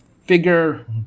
figure